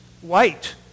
white